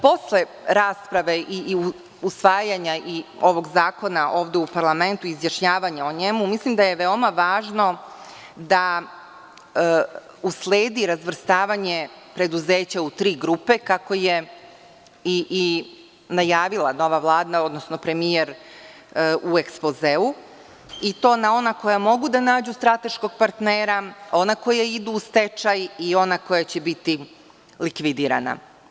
Posle rasprave i usvajanja i ovog zakona ovde u parlamentu, izjašnjavanja o njemu, mislim da je veoma važno da usledi razvrstavanje preduzeća u tri grupe, kako je i najavila nova Vlada, odnosno premijer u ekspozeu, i to na ona koja mogu da nađu strateškog partnera, ona koja idu u stečaj i ona koja će biti likvidirana.